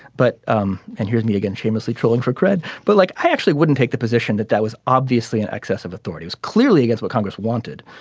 but um and here's me again shamelessly trolling for credit but like i actually wouldn't take the position that that was obviously an excess of authority was clearly guess what congress wanted